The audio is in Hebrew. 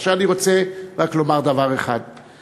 עכשיו אני רוצה רק לומר דבר אחד,